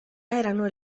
erano